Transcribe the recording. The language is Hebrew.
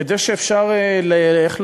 כדי שיהיה אפשר, איך לומר?